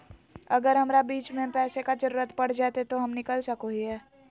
अगर हमरा बीच में पैसे का जरूरत पड़ जयते तो हम निकल सको हीये